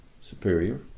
superior